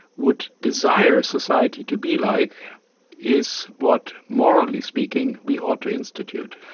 would desire society to be like is what morally speaking we ought to institute.